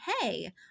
hey